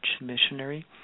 missionary